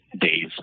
days